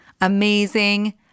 amazing